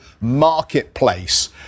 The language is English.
marketplace